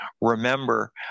remember